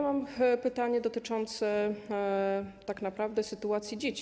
Mam pytanie dotyczące tak naprawdę sytuacji dzieci.